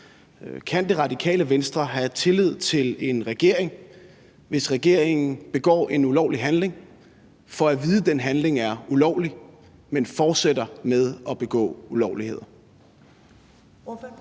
Kan Radikale Venstre have tillid til en regering, hvis regeringen begår en ulovlig handling, får at vide, at den handling er ulovlig, men fortsætter med at begå ulovligheder?